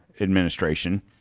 administration